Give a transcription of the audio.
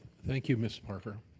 thank you, miss parker.